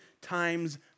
times